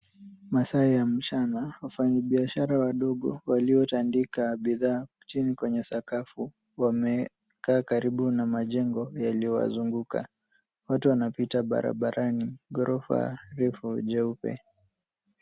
Masaa ya mchana. Wafanyibiashara wadogo waliotandika bidhaa chini kwenye sakafu wamekaa karibu na majengo yaliyowazunguka. Watu wanapita barabarani. Ghorofa refu jeupe.